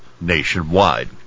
nationwide